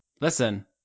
Listen